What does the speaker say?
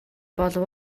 болов